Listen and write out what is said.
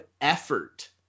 effort